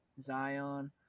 Zion